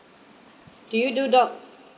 do you do dog